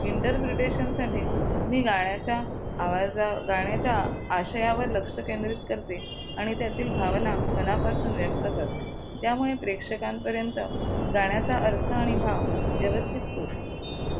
इंटरप्रिटेशनसाठी मी गाण्याच्या आवाजा गाण्याच्या आ आशयावर लक्ष केंद्रीत करते आणि त्यातील भावना मनापासून व्यक्त करते त्यामुळे प्रेक्षकांपर्यंत गाण्याचा अर्थ आणि भाव व्यवस्थित पोहचतो